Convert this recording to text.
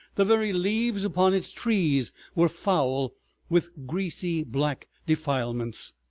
the very leaves upon its trees were foul with greasy black defilements.